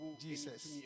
jesus